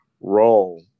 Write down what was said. role